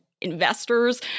investors